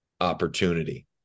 opportunity